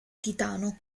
titano